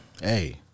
hey